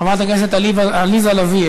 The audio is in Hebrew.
חברת הכנסת עליזה לביא,